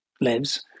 lives